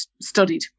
studied